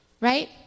right